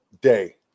day